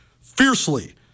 fiercely